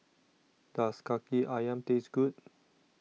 Does Kaki Ayam Taste Good